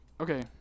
okay